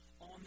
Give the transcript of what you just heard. on